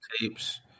tapes